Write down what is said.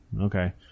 okay